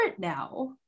now